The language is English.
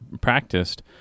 practiced